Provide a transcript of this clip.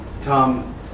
Tom